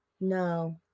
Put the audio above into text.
no